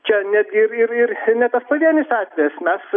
čia net gi ir ir ne pavienis atvejis mes